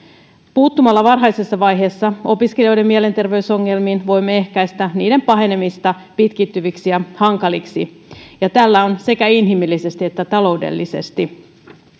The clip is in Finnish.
puuttumalla varhaisessa vaiheessa opiskelijoiden mielenterveysongelmiin voimme ehkäistä niiden pahenemista pitkittyviksi ja hankaliksi ja tällä on sekä inhimillisesti että taloudellisesti